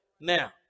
Now